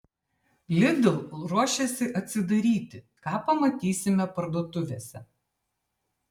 lidl ruošiasi atsidaryti ką pamatysime parduotuvėse